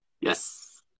Yes